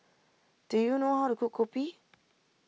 do you know how to cook Kopi